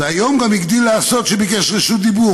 והיום גם הגדיל לעשות וביקש רשות דיבור.